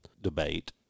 debate